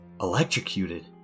electrocuted